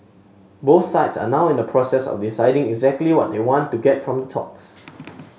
both sides are now in the process of deciding exactly what they want to get from the talks